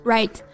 Right